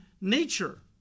nature